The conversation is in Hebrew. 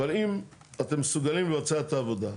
אבל אם אתם מסוגלים לבצע את העבודה,